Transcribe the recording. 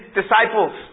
disciples